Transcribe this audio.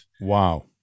Wow